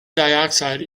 dioxide